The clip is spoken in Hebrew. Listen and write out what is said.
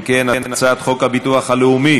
אם כן, הצעת חוק הביטוח הלאומי